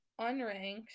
unranked